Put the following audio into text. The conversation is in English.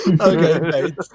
Okay